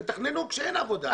תתכננו כשאין עבודה.